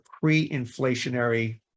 pre-inflationary